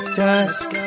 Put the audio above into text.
dusk